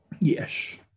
Yes